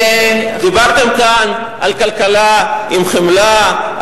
דיברתם כאן על כלכלה עם חמלה,